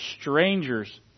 strangers